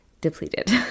depleted